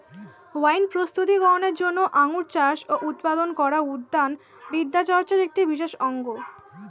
wine প্রস্তুতি করনের জন্য আঙুর চাষ ও উৎপাদন করা উদ্যান বিদ্যাচর্চার একটি বিশেষ অঙ্গ